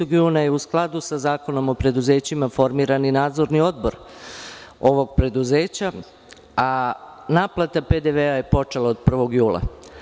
Dana 30. juna je, u skladu sa Zakonom o preduzećima, formiran i nadzorni odbor ovog preduzeća, a naplata PDV je počela od 1. jula.